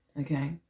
okay